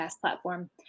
platform